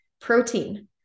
Protein